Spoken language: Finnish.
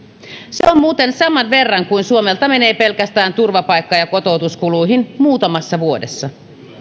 se on muuten saman verran kuin suomelta menee pelkästään turvapaikka ja kotoutuskuluihin muutamassa vuodessa